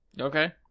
Okay